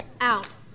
out